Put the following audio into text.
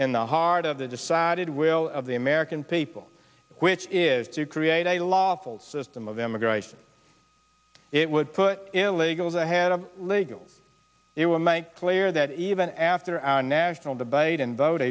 in the heart of the decided will of the american people which is to create a lawful system of immigration it would put illegals ahead of legal it will make clear that even after our national debate and vote